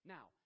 Now